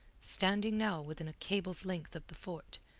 standing now within a cable's-length of the fort,